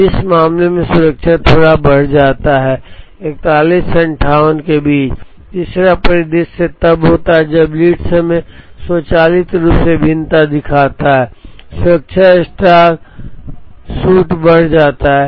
अब इस मामले में सुरक्षा थोड़ा बढ़ जाता है 41 से 58 के बीच तीसरा परिदृश्य तब होता है जब लीड समय स्वचालित रूप से भिन्नता दिखाता है सुरक्षा स्टॉक शूट बढ़ जाता है